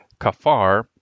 kafar